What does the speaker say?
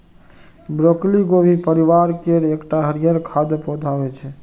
broccoli गोभी परिवार केर एकटा हरियर खाद्य पौधा होइ छै